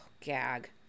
gag